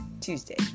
Tuesday